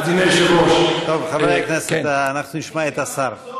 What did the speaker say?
אדוני היושב-ראש, חברי הכנסת, אנחנו נשמע את השר.